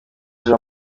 jean